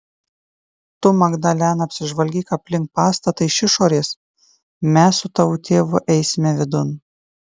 tu magdalena apsižvalgyk aplink pastatą iš išorės mes su tavo tėvu eisime vidun